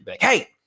Hey